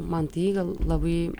man tai gal labai